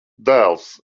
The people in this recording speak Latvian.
dēls